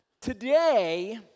Today